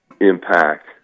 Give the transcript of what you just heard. impact